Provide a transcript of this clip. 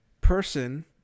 person